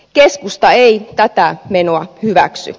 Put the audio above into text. keskusta ei tätä menoa hyväksy